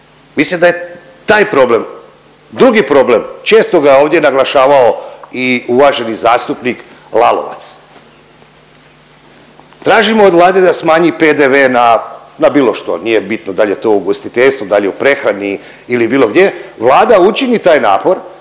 Mislim da je taj problem. Drugi problem, često ga je ovdje naglašavao i uvaženi zastupnik Lalovac. Tražimo od Vlade da smanji PDV na, na bilo što, nije bitno da li je to ugostiteljstvo, da li je u prehrani ili bilo gdje. Vlada učini taj napor,